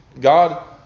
God